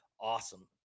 Awesome